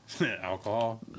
Alcohol